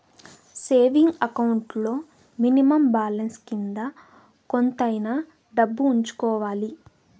saving account లో minimum balance కింద కొంతైనా డబ్బు ఉంచుకోవాలి